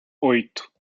oito